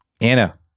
Anna